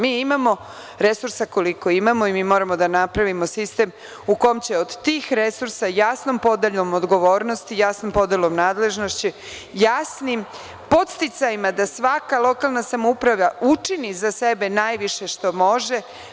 Mi imamo resursa koliko imamo i mi moramo da napravimo sistem u kome će od tih resursa jasnom podelom odgovornosti, jasnom podelom nadležnosti, jasnim podsticajima da svaka lokalna samouprava učini za sebe najviše što može.